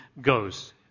goes